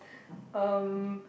um